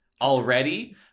already